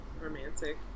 Romantic